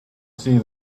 see